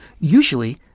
Usually